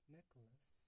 Nicholas